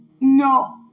No